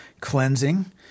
cleansing